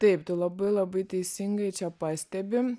taip tu labai labai teisingai čia pastebi